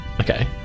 okay